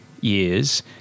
Years